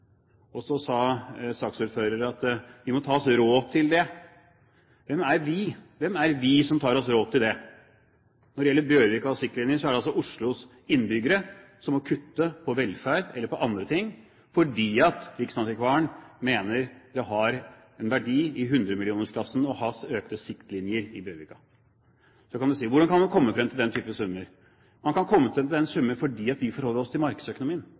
Så sa saksordføreren at vi må ta oss råd til det. Hvem er «vi» som tar oss råd til det? Når det gjelder Bjørvika og siktlinjer, er det altså Oslos innbyggere som må kutte på velferd eller på andre ting fordi riksantikvaren mener det har en verdi i hundremillionersklassen å ha økte siktlinjer i Bjørvika. Da kan du si: Hvordan kan man komme frem til den typen summer? Man kan komme frem til den typen summer fordi vi forholder oss til markedsøkonomien.